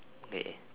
okay